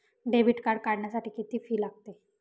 Debit card काढण्यासाठी किती fee लागते?